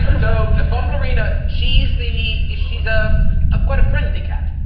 so ah bom karina, she's the she's up um quite a friendly cat.